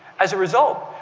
as a result,